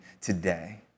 today